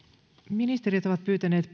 ministerit ovat pyytäneet